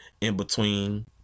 in-between